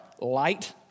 light